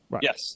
Yes